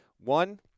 One